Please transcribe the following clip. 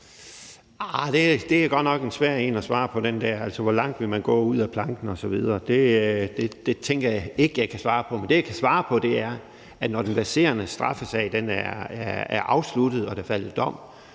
det er godt nok en svær en at svare på, altså hvor langt man vil gå ud ad planken osv. Det tænker jeg ikke jeg kan svare på. Men det, jeg kan svare på, er, at når den verserende straffesag er afsluttet og der er faldet dom,